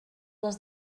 les